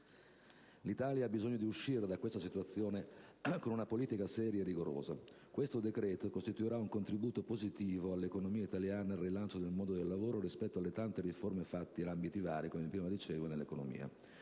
L'Italia ha bisogno di uscire da questa situazione con una politica seria e rigorosa. Questo decreto costituirà un contributo positivo per l'economia italiana e per il rilancio del mondo del lavoro rispetto alle tante riforme fatte in ambiti vari - come prima dicevo - dell'economia.